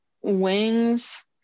wings